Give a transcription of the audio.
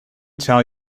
tell